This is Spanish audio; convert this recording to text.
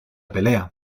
pelea